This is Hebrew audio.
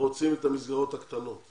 רוצים את המסגרות הקטנות?